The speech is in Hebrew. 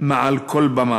מעל כל במה.